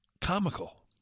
comical